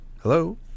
hello